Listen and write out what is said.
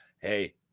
hey